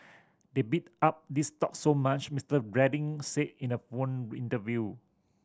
they bid up these stocks so much Mister Reading said in a phone interview